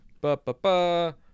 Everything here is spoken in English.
Ba-ba-ba